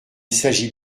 s’agit